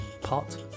Pot